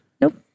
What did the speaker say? Nope